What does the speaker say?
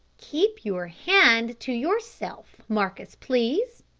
keep your hand to yourself, marcus, please,